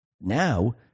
now